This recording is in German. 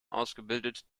ausgebildet